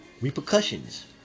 Repercussions